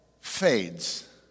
fades